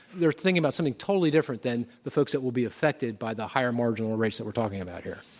they're thinking about something totally different than the folks that will be affected by the higher marginal rates that we're talking about here.